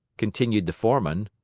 continued the foreman.